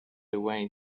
away